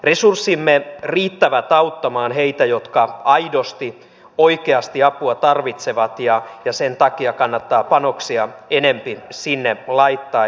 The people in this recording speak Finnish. resurssimme riittävät auttamaan heitä jotka aidosti oikeasti apua tarvitsevat ja sen takia kannattaa panoksia enempi sinne laittaa